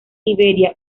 iberia